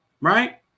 right